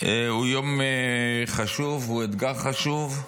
הוא יום חשוב, הוא אתגר חשוב.